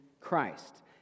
Christ